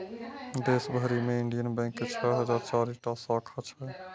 देश भरि मे इंडियन बैंक के छह हजार चारि टा शाखा छै